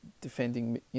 defending